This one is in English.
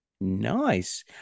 Nice